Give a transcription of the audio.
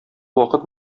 вакыт